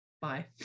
Bye